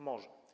Może.